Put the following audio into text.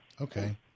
Okay